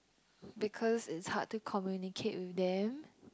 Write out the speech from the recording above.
because it's hard to communicate with them